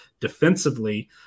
defensively